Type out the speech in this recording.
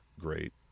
great